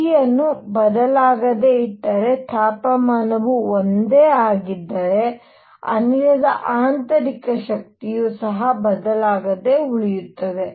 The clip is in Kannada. T ಅನ್ನು ಬದಲಾಗದೆ ಇಟ್ಟರೆ ತಾಪಮಾನವು ಒಂದೇ ಆಗಿದ್ದರೆ ಅನಿಲದ ಆಂತರಿಕ ಶಕ್ತಿಯು ಸಹ ಬದಲಾಗದೆ ಉಳಿಯುತ್ತದೆ